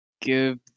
give